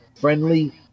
friendly